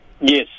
Yes